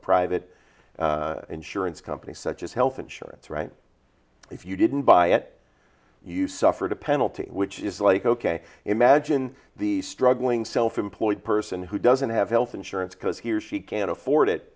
private insurance company such as health insurance right if you didn't buy it you suffered a penalty which is like ok imagine the struggling self employed person who doesn't have health insurance because he or she can't afford it